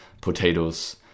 Potatoes